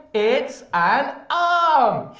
it's an um